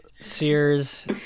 Sears